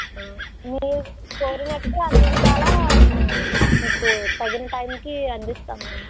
మీరు కోరినట్టు అన్ని విధాలా మేము మీకు తగిన టైంకి అందిస్తాము మేము